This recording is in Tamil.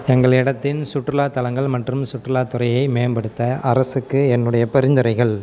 எங்களிடத்தின் சுற்றுலா தலங்கள் மற்றும் சுற்றுலாத்துறையை மேம்படுத்த அரசுக்கு என்னுடைய பரிந்துரைகள்